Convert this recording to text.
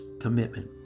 commitment